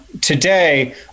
today